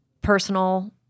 personal